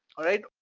alright?